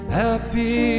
happy